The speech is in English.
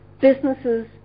businesses